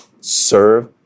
Serve